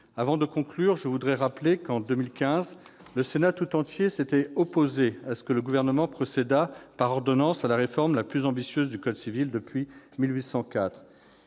Avant de conclure, je voudrais rappeler qu'en 2015 le Sénat tout entier s'était opposé à ce que le Gouvernement procédât par ordonnance à la réforme la plus ambitieuse du code civil depuis 1804.